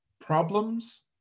problems